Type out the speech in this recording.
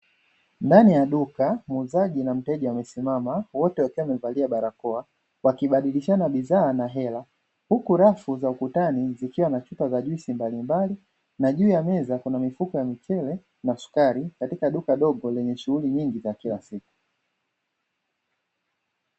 Ndani ya duka muuzaji na mteja wamesimama wote wakiwa wamevalia barakoa, wakibasilishana bidhaa na hela huku rafu za ukutani zikiwa na chupa za juisi mbalimbali na juu ya meza kuna mifuko ya mchele na sukari katika duka dogo lenye shughuli nyingi za kila siku.